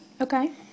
Okay